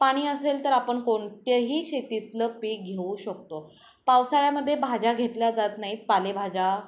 पाणी असेल तर आपण कोणत्याही शेतीतलं पीक घेऊ शकतो पावसाळ्यामध्ये भाज्या घेतल्या जात नाहीत पालेभाज्या